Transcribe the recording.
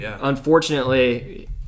Unfortunately